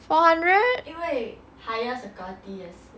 four hundred